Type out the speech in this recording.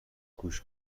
گوش